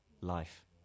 life